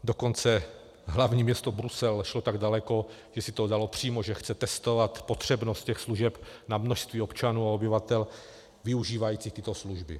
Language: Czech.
Dokonce hlavní město Brusel šlo tak daleko, že si to dalo přímo, že chce testovat potřebnost těch služeb na množství občanů a obyvatel využívajících tyto služby.